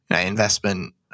investment